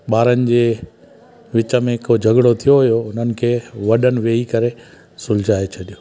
ॿारनि जे विच में को झगिड़ो थियो हुयो हुननि खे वॾनि वेही करे सुलझाए छॾियो